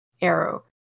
arrow